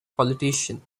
politician